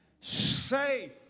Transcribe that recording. Say